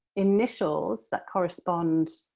initials that correspond,